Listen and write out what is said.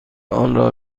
آنرا